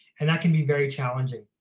and that can be very challenging